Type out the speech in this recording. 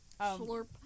Slurp